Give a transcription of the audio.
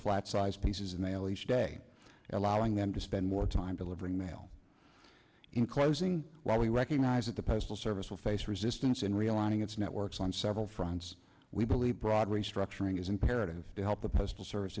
flat sized pieces of mail each day allowing them to spend more time delivering mail in closing while we recognize that the postal service will face resistance in realigning its networks on several fronts we believe broad restructuring is imperative to help the postal service